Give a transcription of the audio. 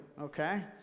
okay